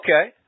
okay